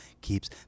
keeps